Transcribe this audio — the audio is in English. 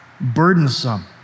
burdensome